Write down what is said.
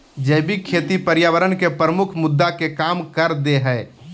जैविक खेती पर्यावरण के प्रमुख मुद्दा के कम कर देय हइ